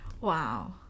Wow